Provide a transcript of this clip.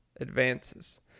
advances